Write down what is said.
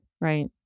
Right